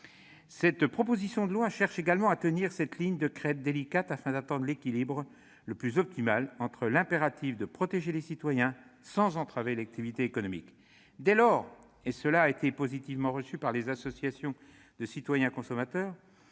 Ce texte cherche également à tenir cette ligne de crête délicate, afin d'atteindre l'équilibre le plus optimal entre l'impératif de protéger les citoyens et la nécessité de ne pas entraver l'activité économique. Dès lors, et cela a été positivement reçu par les associations de citoyens consommateurs,